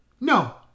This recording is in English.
no